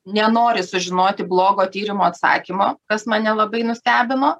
nenori sužinoti blogo tyrimo atsakymo kas man nelabai nustebino